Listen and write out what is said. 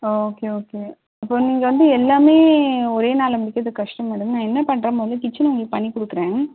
okay okay அப்போது நீங்கள் வந்து எல்லாமே ஒரே நாளில் முடிக்கிறது கஷ்டம் மேடம் நான் என்ன பண்ணுறேன் முதல்ல கிச்சனை உங்களுக்கு பண்ணி கொடுக்குறேன்